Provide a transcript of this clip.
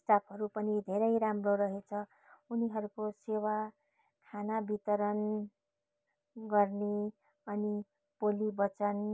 स्टाफहरू पनि धेरै राम्रो रहेछ उनीहरूको सेवा खाना वितरण गर्ने अनि बोली वचन